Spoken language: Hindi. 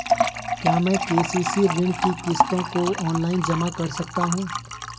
क्या मैं के.सी.सी ऋण की किश्तों को ऑनलाइन जमा कर सकता हूँ?